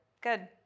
Good